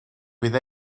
fydd